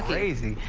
lazy.